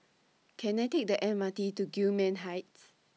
Can I Take The M R T to Gillman Heights